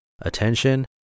attention